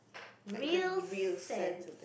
real cent